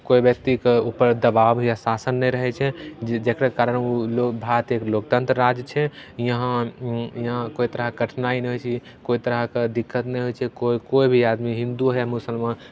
कोइ व्यक्तिके ऊपर दबाव या शासन नहि रहै छै जे जकरा कारण ओ लोक भारत एक लोकतन्त्र राज्य छै यहाँ यहाँ कोइ तरहके कठिनाइ नहि होइ छै कोइ तरहके दिक्कत नहि होइ छै कोइ कोइ भी आदमी हिन्दू या मुसलमान